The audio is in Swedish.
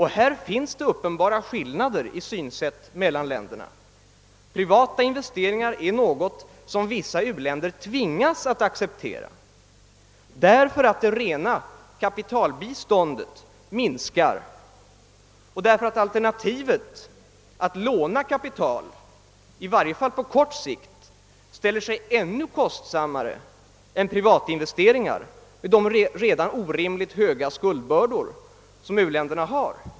Här finns det uppenbara skillnader i synsätt mellan länderna. Privata investeringar är något som vissa u-länder tvingas acceptera därför att det rena kapitalbiståndet minskar och därför att alternativet att låna kapital i varje fall på kort sikt ställer sig ännu kostsammare än privata investeringar, med de redan orimligt höga skuldbördor som u-länderna har.